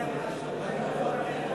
שזה,